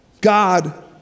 God